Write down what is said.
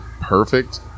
perfect